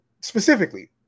specifically